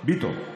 ביטון.